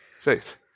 Faith